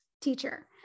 teacher